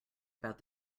about